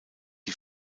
die